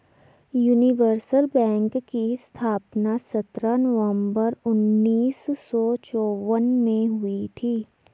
universal bank की स्थापना सत्रह नवंबर उन्नीस सौ चौवन में हुई थी